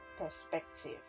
perspective